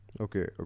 Okay